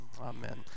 amen